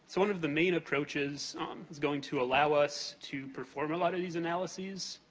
so one of the main approaches that's going to allow us to perform a lot of these analyses,